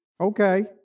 Okay